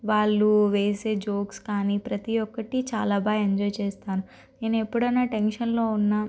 వాళ్ళు వేసే జోక్స్ కానీ ప్రతి ఒక్కటి చాలా బాగా ఎంజాయ్ చేస్తాను నేను ఎప్పుడైనా టెన్షన్లో ఉన్నా